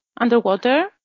underwater